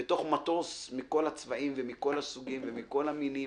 לתוך מטוס עשרות אנשים מכול הצבעים ומכול הסוגים ומכול המינים,